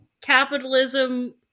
capitalism